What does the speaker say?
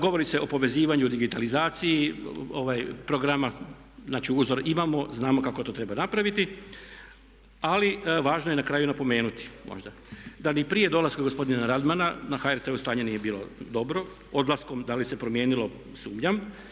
Govori se o povezivanju i o digitalizaciji programa, znači uzor imamo, znamo kako to treba napraviti ali važno je na kraju napomenuti možda da li prije dolaska gospodina Radmana na HRT-u stanje nije bilo dobro, odlaskom da li se promijenilo, sumnjam.